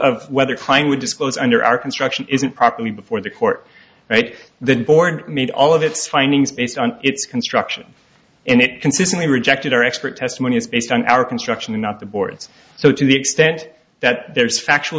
of whether klein would disclose under our construction isn't properly before the court right the board made all of its findings based on its construction and it consistently rejected our expert testimony is based on our construction and not the board's so to the extent that there is factual